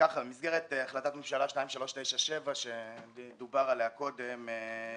במסגרת החלטת ממשלה 2397 שדובר עליה קודם,